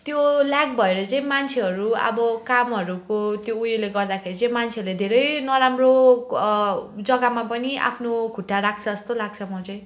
त्यो ल्याक भएर चाहिँ मान्छेहरू अब कामहरूको त्यो उयोले गर्दाखेरि चाहिँ मान्छेले धेरै नराम्रो जग्गामा पनि आफ्नो खुट्टा राख्छ जस्तो लाग्छ म चाहिँ